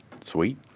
sweet